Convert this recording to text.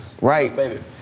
right